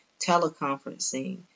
teleconferencing